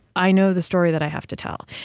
i know the story that i have to tell.